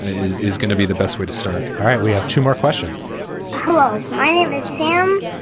is is gonna be the best way to start all right. we have two more questions hello. my name is pam.